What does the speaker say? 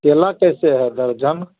केला कैसे है दर्ज़न